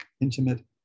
intimate